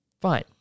fine